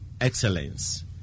excellence